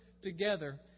together